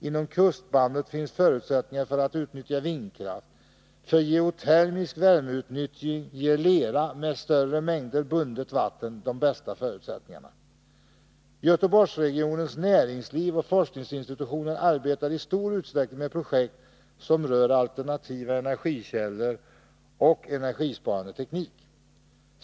Inom kustbandet finns förutsättningar för utnyttjande av vindkraft. För geotermisk värmeutnyttjning skapar lera, med större mängder bundet vatten, de bästa förutsättningarna. Göteborgsregionens näringsliv och forskningsinstitutioner arbetar i stor utsträckning med projekt som rör alternativa energikällor och energisparande teknik.